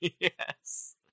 Yes